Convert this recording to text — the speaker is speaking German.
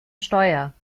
steuer